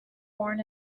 born